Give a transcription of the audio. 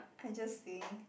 I just saying